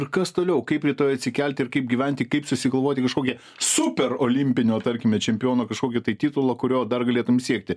ir kas toliau kaip rytoj atsikelti ir kaip gyventi kaip susigalvoti kažkokią super olimpinio tarkime čempiono kažkokį tai titulo kurio dar galėtum siekti